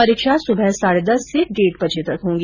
परीक्षा सुबह साढ़े दस से डेढ़ बजे तक होगी